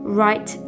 right